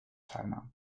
teilnahm